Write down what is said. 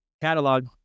catalog